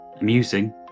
amusing